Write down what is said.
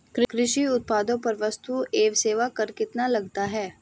कृषि उत्पादों पर वस्तु एवं सेवा कर कितना लगता है?